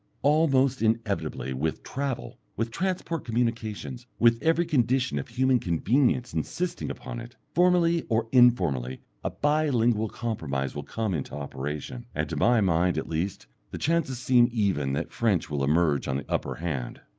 almost inevitably with travel, with transport communications, with every condition of human convenience insisting upon it, formally or informally a bi-lingual compromise will come into operation, and to my mind at least the chances seem even that french will emerge on the upper hand.